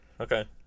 Okay